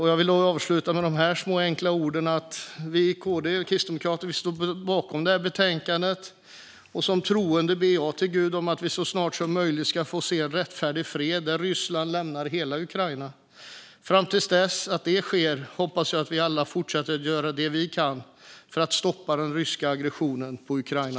Jag yrkar bifall till utskottets förslag, och som troende ber jag till Gud att vi så snart som möjligt ska få se en rättfärdig fred där Ryssland lämnar hela Ukraina. Fram till dess hoppas jag att vi alla fortsätter att göra det vi kan för att stoppa den ryska aggressionen mot Ukraina.